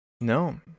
no